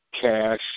cash